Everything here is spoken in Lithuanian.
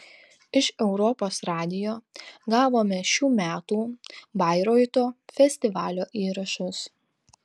iš europos radijo gavome šių metų bairoito festivalio įrašus